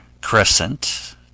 crescent